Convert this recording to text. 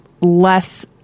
less